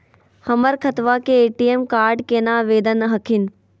हमर खतवा के ए.टी.एम कार्ड केना आवेदन हखिन?